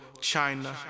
China